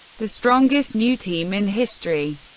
the strongest new team in history.